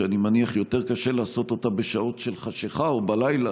שאני מניח שיותר קשה לעשות אותה בשעות של חשכה או בלילה,